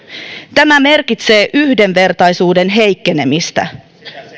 tämä merkitsee yhdenvertaisuuden heikkenemistä